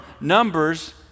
Numbers